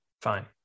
Fine